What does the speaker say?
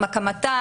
עם הקמתה,